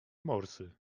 morsy